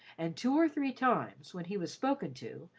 and two or three times, when he was spoken to,